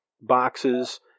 boxes